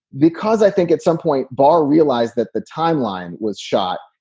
because i think at some point barr realized that the timeline was shot.